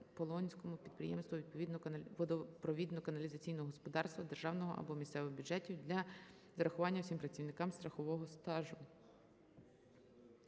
Полонському підприємству водопровідно-каналізаційного господарства з державного або місцевого бюджетів для зарахування всім працівникам страхового стажу.